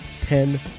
ten